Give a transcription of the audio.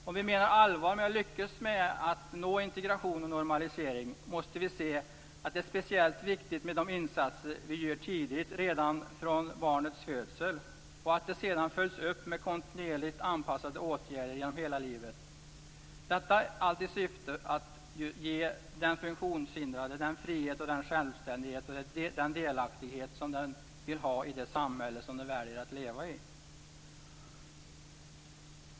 Om vi menar allvar med att lyckas med att nå integration och normalisering måste vi se att det är speciellt viktigt med de insatser som vi gör redan från barnets födsel och att det sedan följs upp med kontinuerligt anpassade åtgärder genom hela livet. Allt detta syftar till att ge de funktionshindrade frihet, självständighet och delaktighet i det samhälle som de väljer att leva i.